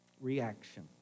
reaction